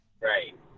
Right